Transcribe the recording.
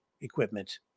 equipment